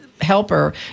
helper